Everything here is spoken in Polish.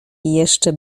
jeszcze